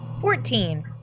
Fourteen